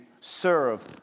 serve